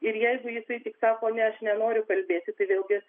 ir jeigu jisai tik sako ne aš nenoriu kalbėti tai vėlgi